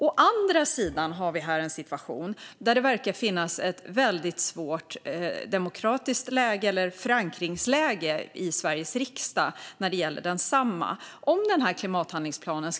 Å andra sidan har vi en situation där det verkar råda ett väldigt svårt förankringsläge i Sveriges riksdag när det gäller klimathandlingsplanen.